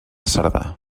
cerdà